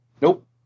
Nope